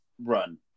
run